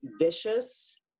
vicious